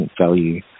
value